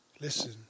listen